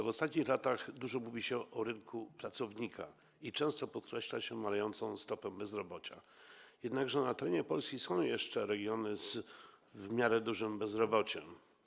W ostatnich latach dużo mówi się o rynku pracownika i często podkreśla się zmniejszającą się stopę bezrobocia, jednakże na terenie Polski są jeszcze regiony z w miarę dużym bezrobociem.